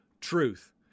truth